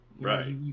Right